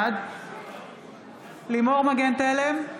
בעד לימור מגן תלם,